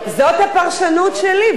זאת הפרשנות שלי,